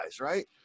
Right